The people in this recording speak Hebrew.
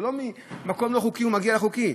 זה לא שממקום לא חוקי הוא מגיע לחוקי,